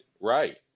right